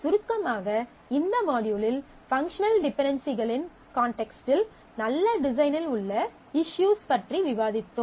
சுருக்கமாக இந்த மாட்யூலில் பங்க்ஷனல் டிபென்டென்சிகளின் கான்டெக்ஸ்டில் நல்ல டிசைனில் உள்ள இஸ்ஸுஸ் பற்றி விவாதித்தோம்